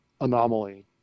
anomaly